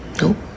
Nope